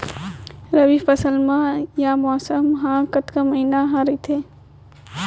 रबि फसल या मौसम हा कतेक महिना हा रहिथे?